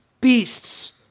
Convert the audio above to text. beasts